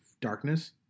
darkness